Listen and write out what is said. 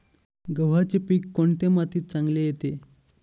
गव्हाचे पीक कोणत्या मातीत चांगले येते?